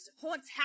haunts